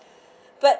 but